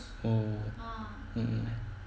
oh mm